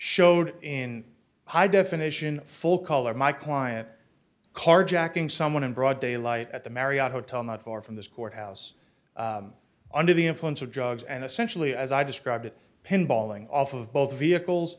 showed in high definition full color my client carjacking someone in broad daylight at the marriott hotel not far from this courthouse under the influence of drugs and essentially as i described it pinball in off of both vehicles